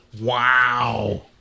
Wow